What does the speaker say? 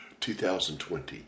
2020